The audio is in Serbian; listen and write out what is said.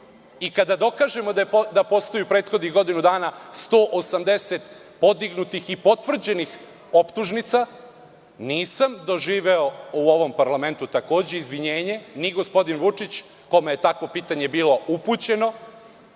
i kada dokažemo da postoji u prethodnih godinu dana 180 podignutih i potvrđenih optužnica, nisam doživeo u ovom parlamentu izvinjenje, ni gospodin Vučić, kome je takvo pitanje bilo upućeno,